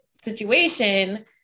situation